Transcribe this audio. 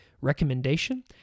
recommendation